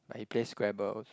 I play Scrabble